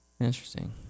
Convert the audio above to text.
Interesting